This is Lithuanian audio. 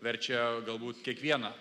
verčia galbūt kiekvieną